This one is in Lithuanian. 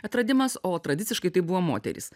atradimas o tradiciškai tai buvo moterys